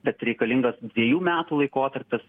bet reikalingas dviejų metų laikotarpis